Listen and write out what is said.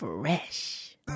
Fresh